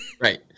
Right